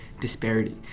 disparity